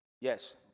Yes